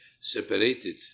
separated